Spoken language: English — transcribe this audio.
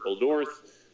North